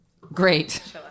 great